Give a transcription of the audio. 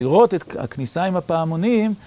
לראות את הכניסה עם הפעמונים.